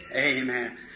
Amen